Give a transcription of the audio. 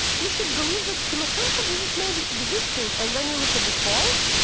you should believe that tymoshenko isn't maybe existing, and then you look at the polls,